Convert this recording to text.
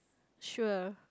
sure